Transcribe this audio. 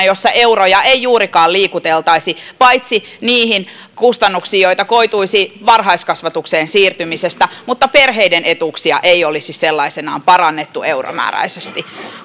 jossa euroja ei juurikaan liikuteltaisi paitsi niihin kustannuksiin joita koituisi varhaiskasvatukseen siirtymisestä mutta perheiden etuuksia ei olisi sellaisenaan parannettu euromääräisesti